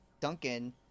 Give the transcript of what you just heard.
Duncan